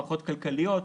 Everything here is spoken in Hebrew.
הערכות כלכליות,